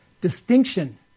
distinction